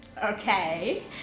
Okay